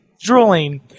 drooling